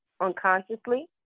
unconsciously